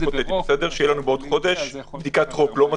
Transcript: אולי עוד חודש תהיה בדיקת רוק, לא מטוש.